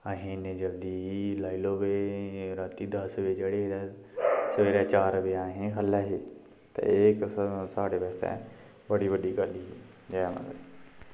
असें इ'न्नी जल्दी लाई लैओ कि भाई रातीं दस बजे चढ़े हे ते सबैह्रे चार बजे आए हे खल अहीं ते एह् साढ़े आस्तै बड़ी बड्डी गल्ल ऐ जय माता दी